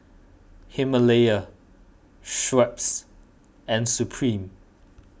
Himalaya Schweppes and Supreme